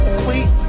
sweet